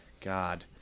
God